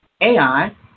Ai